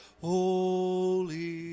Holy